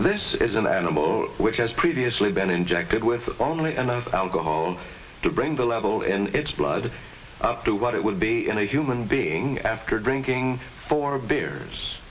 this is an animal which has previously been injected with only and alcohol to bring the level in its blood to what it will be in a human being after drinking four beers